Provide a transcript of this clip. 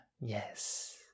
Yes